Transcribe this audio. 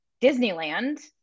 Disneyland